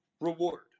reward